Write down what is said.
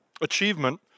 achievement